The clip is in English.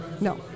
No